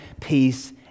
peace